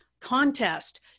contest